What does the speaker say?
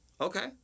Okay